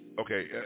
Okay